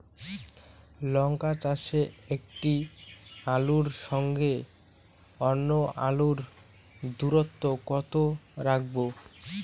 লঙ্কা চাষে একটি আলুর সঙ্গে অন্য আলুর দূরত্ব কত রাখবো?